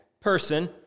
person